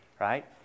right